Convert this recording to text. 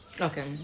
Okay